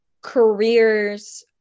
careers